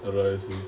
arising